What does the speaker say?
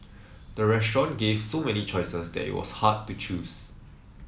the restaurant gave so many choices that it was hard to choose